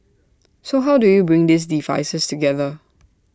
so how do you bring these devices together